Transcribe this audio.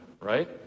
right